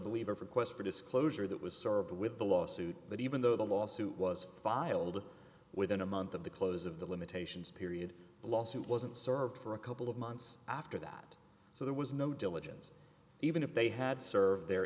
believer quest for disclosure that was served with the lawsuit but even though the lawsuit was filed within a month of the close of the limitations period the lawsuit wasn't served for a couple of months after that so there was no diligence even if they had served there